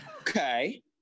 okay